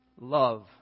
love